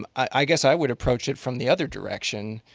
um i guess i would approach it from the other direction,